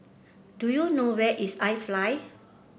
do you know where is iFly